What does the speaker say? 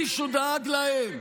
מישהו דאג להם?